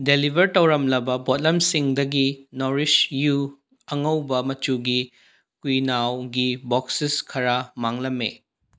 deliver ꯇꯧꯔꯝꯂꯕ ꯄꯣꯠꯂꯝꯁꯤꯡꯗꯒꯤ ꯅꯨꯔꯤꯁ ꯌꯨ ꯑꯉꯧꯕ ꯃꯆꯨꯒꯤ ꯀꯨꯏꯅꯥꯎꯒꯤ ꯕꯣꯛꯁꯦꯁ ꯈꯔ ꯃꯥꯡꯂꯝꯃꯦ